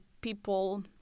people